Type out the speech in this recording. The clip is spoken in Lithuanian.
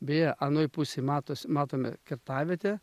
beje anoj pusėj matos matome kirtavietę